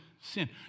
sin